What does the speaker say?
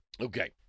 Okay